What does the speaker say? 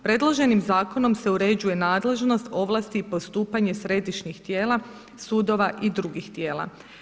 Predloženim zakonom se uređuje nadležnost, ovlasti i postupanje središnjih tijela, sudova i drugih tijela.